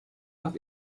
auf